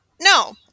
No